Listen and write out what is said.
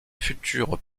future